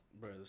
Bro